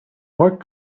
what